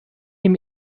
dem